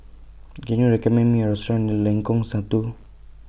Can YOU recommend Me A Restaurant near Lengkong Satu